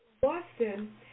Boston